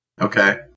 Okay